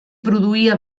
produïa